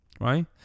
right